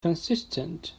consistent